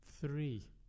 three